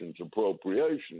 appropriations